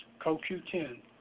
CoQ10